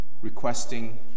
requesting